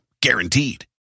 Guaranteed